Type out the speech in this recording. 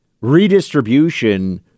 redistribution